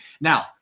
Now